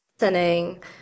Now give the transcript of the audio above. Listening